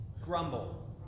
Grumble